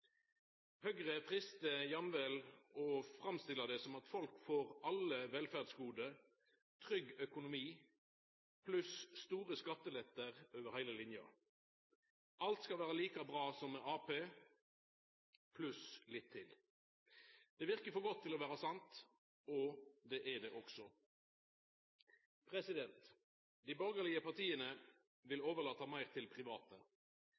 Høgre freistar jamvel å framstilla det som at folk får alle velferdsgode, trygg økonomi pluss stor skattelette over heile linja. Alt skal vera like bra som med Arbeidarpartiet – pluss litt til. Det verkar for godt til å vera sant. Og det er det også. Dei borgarlege partia vil overlata meir til private.